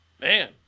man